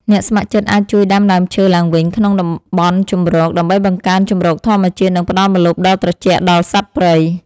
អ្នកស្ម័គ្រចិត្តអាចជួយដាំដើមឈើឡើងវិញក្នុងតំបន់ជម្រក ដើម្បីបង្កើនជម្រកធម្មជាតិ និងផ្ដល់ម្លប់ដ៏ត្រជាក់ដល់សត្វព្រៃ។